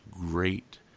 great